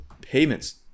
payments